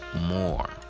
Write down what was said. more